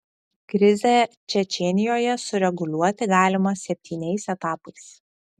krizę čečėnijoje sureguliuoti galima septyniais etapais